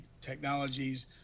technologies